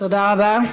תודה רבה.